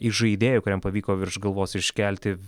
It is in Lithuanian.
įžaidėju kuriam pavyko virš galvos iškelti